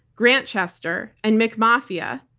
grantchester, and mcmafia.